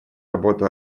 работу